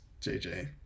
jj